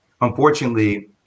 Unfortunately